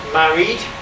married